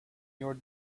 your